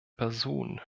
person